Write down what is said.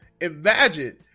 Imagine